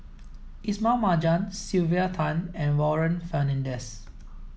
Ismail Marjan Sylvia Tan and Warren Fernandez